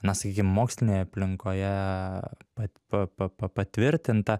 na sakykim mokslinėje aplinkoje pat pa pa pa patvirtinta